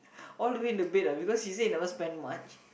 all the way in the bed ah because he say he never spend much